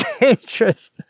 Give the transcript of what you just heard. dangerous